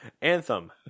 Anthem